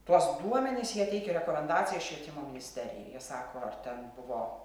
tuos duomenis jie teikia rekomendaciją švietimo ministerijai jie sako ar ten buvo